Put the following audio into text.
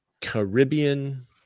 Caribbean